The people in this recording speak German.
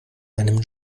einem